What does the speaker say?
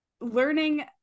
learning